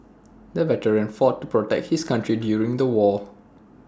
the veteran fought to protect his country during the war